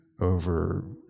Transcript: over